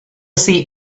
see